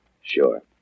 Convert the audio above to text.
Sure